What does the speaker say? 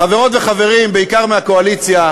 חברות וחברים, בעיקר מהקואליציה,